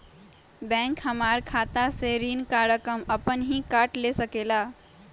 Bank हमार खाता से ऋण का रकम अपन हीं काट ले सकेला?